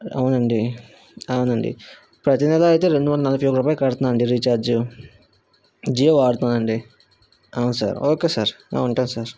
అవునండి అవునండి ప్రతీ నెలా అయితే రెండువందల నలభై ఒక రూపాయి కడుతున్నా అండి రీఛార్జు జియో వాడుతున్నా అండి అవును సార్ ఓకే సార్ ఉంటా సార్